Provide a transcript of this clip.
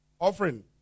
offering